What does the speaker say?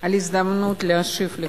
על ההזדמנות להשיב לך,